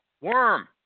worm